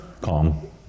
calm